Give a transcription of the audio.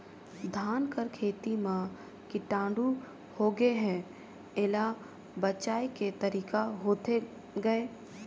धान कर खेती म कीटाणु होगे हे एला बचाय के तरीका होथे गए?